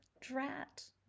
Drat